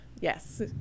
yes